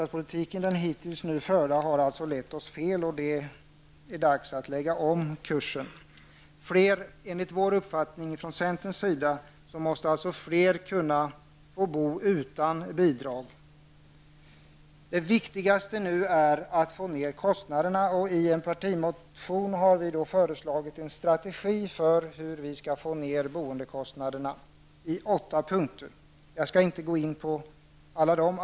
Den hittills förda bostadspolitiken har lett oss fel, och det är dags att lägga om kursen. Enligt vår uppfattning måste flera kunna bo utan bidrag. Det viktigaste nu är att få ner kostnaderna. I en partimotion har vi i åtta punkter föreslagit en strategi för hur vi skall få ner boendekostnaderna. Jag skall inte gå in på alla punkter.